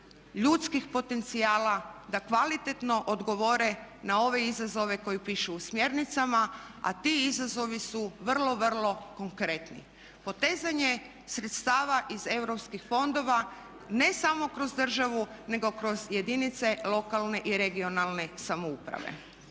ljudskih potencijala da kvalitetno odgovore na ove izazove koji pišu u smjernicama a ti izazovi su vrlo, vrlo konkretni. Potezanje sredstava iz europskih fondova ne samo kroz državu nego kroz jedinice lokalne i regionalne samouprave.